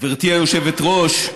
גברתי היושבת-ראש,